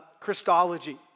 Christology